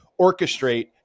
orchestrate